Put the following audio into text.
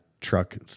truck